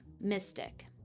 Mystic